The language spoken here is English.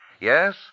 Yes